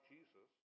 Jesus